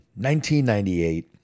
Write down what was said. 1998